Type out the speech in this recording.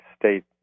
state